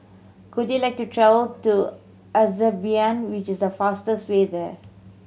could you like to travel to Azerbaijan which is the fastest way there